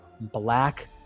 black